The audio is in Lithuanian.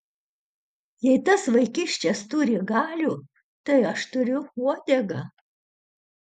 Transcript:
jei tas vaikiščias turi galių tai aš turiu uodegą